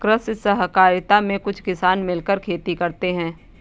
कृषि सहकारिता में कुछ किसान मिलकर खेती करते हैं